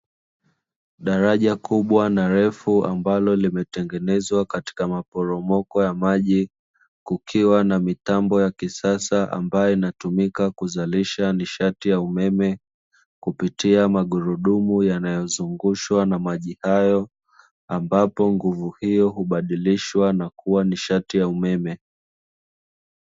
Daraja kubwa na refu, ambalo limetengenezwa katika maporomoko ya maji, kukiwa na mitambo ya kisasa ambayo inatumika kuzalisha nishati ya umeme, kupitia magurudumu yanayozungushwa na maji hayo, ambapo nguvu hiyo hubadilishwa na kuwa nishati ya umeme.